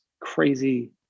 crazy